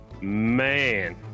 Man